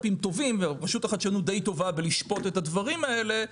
ורשות החדשנות די טובה בלשפוט את הדברים האלה.